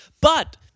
But-